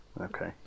Okay